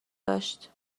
داشت